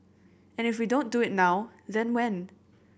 and if we don't do it now then when